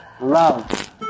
love